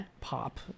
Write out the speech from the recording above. pop